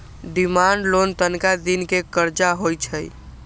demand loan तनका दिन के करजा होइ छइ